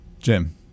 Jim